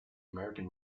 american